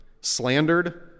slandered